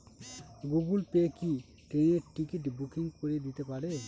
Google Pay কি ট্রেনের ticket booking করে দিতে পারে?